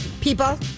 people